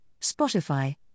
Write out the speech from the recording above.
Spotify